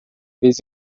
vez